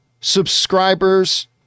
subscribers